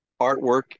artwork